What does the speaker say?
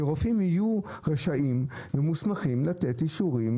שרופאים יהיו רשאים ומוסמכים לתת אישורים,